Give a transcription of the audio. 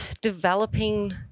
developing